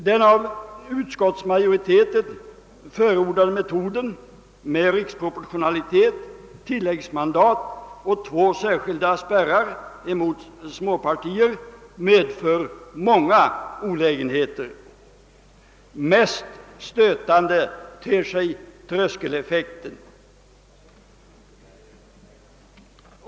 Den av utskottsmajoriteten förordade metoden med riksproportionalitet, tillläggsmandat och två särskilda spärrar mot småpartier medför många olägenheter. Mest stötande ter sig tröskeleffekten.